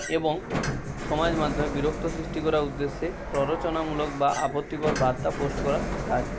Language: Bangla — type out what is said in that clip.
এবং সমাজ মাধ্যমে বিরক্ত সৃষ্টি করার উদ্দেশ্যে প্ররোচনামূলক বা আপত্তিকর বার্তা পোস্ট করা কাজ